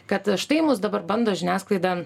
kad štai mus dabar bando žiniasklaida